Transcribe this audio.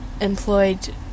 employed